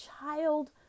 child